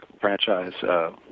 franchise